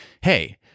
hey